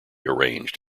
arranged